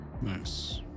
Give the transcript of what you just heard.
Nice